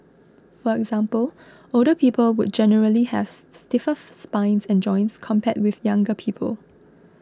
for example older people would generally have stiffer spines and joints compared with younger people